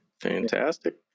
fantastic